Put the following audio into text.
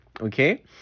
okay